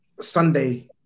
Sunday